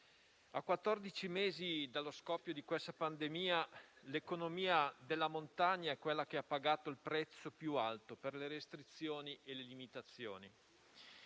mesi dallo scoppio della pandemia, l'economia della montagna è quella che ha pagato il prezzo più alto, per le restrizioni e le limitazioni.